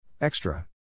Extra